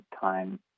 time